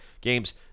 games